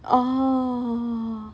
oh